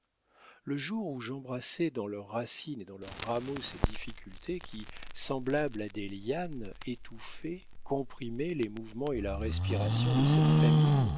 le jour où j'embrassai dans leurs racines et dans leurs rameaux ces difficultés qui semblables à des lianes étouffaient comprimaient les mouvements et la respiration de cette famille